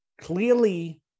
clearly